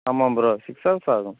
ஆமாம் bro six hours ஆகும்